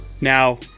Now